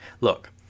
Look